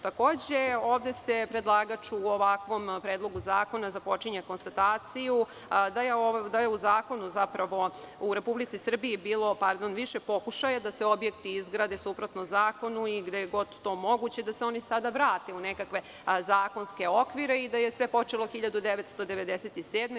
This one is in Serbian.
Takođe, ovde predlagač u ovakvom predlogu zakona započinje konstataciju da je u Republici Srbiji bilo više pokušaju da se objekti izgrade suprotno zakoni i gde je god to moguće da se oni sada vrate u nekakve zakonske okvire i da je sve počelo 1997. godine.